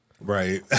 right